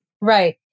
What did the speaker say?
Right